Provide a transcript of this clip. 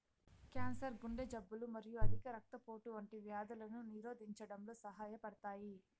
cancer, గుండె జబ్బులు మరియు అధిక రక్తపోటు వంటి వ్యాధులను నిరోధించడంలో సహాయపడతాయి